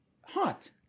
hot